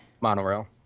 Monorail